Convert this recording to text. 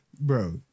Bro